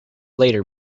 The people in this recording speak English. later